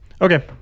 Okay